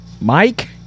Mike